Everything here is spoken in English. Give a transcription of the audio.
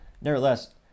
Nevertheless